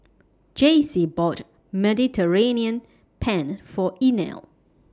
Jacey bought Mediterranean Penne For Inell